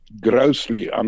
grossly